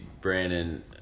Brandon